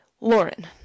Lauren